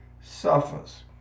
suffers